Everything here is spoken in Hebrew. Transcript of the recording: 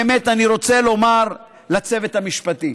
באמת, אני רוצה לומר לצוות המשפטי.